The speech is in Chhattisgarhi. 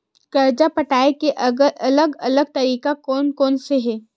कर्जा पटाये के अलग अलग तरीका कोन कोन से हे?